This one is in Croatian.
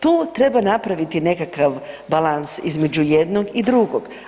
Tu treba napraviti nekakav balans između jednog i drugog.